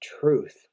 truth